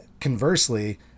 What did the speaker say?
conversely